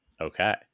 okay